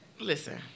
Listen